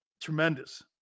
Tremendous